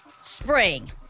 Spring